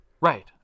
right